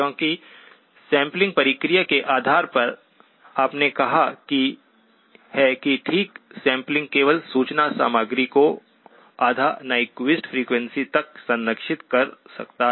क्योंकि सैंपलिंग प्रक्रिया के आधार पर आपने कहा है कि ठीक सैंपलिंग केवल सूचना सामग्री को आधा नीक्वीस्ट फ्रीक्वेंसी तक संरक्षित कर सकता है